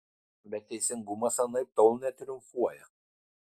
bet teisingumas anaiptol netriumfuoja